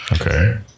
Okay